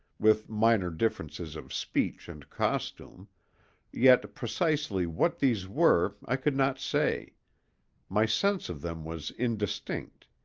with minor differences of speech and costume yet precisely what these were i could not say my sense of them was indistinct.